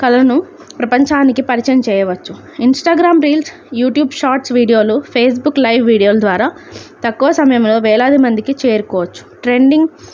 కళలను ప్రపంచానికి పరిచయం చేయవచ్చు ఇంస్టాగ్రామ్ రీల్స్ యూట్యూబ్ షార్ట్స్ వీడియోలు ఫెస్బుక్ లైవ్ వీడియో ద్వారా తక్కువ సమయంలో వేలాది మందికి చేరుకోవచ్చు ట్రెండింగ్